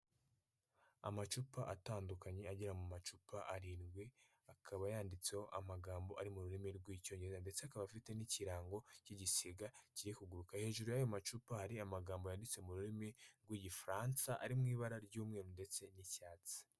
Amacupa atandukanye agera mu macupa arindwi, akaba yanditseho amagambo ari mu rurimi rw'Icyongereza ndetse akaba afite n'ikirango cy'igisiga kiri kuguruka. Hejuru y'ayo macupa hari amagambo yanditse mu rurimi rw'Igifaransa, ari mu ibara ry'umweru ndetse n'icyatsi.